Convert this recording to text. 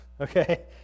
okay